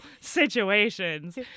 situations